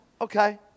okay